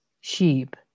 sheep